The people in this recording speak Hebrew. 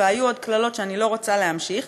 והיו עוד קללות שאני לא רוצה להמשיך.